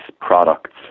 products